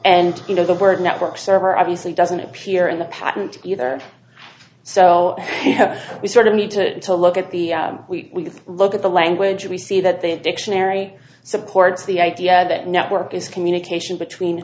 and you know the word network server obviously doesn't appear in the patent either so we sort of need to look at the we look at the language we see that they dictionary supports the idea that network is communication between